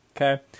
okay